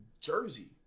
jersey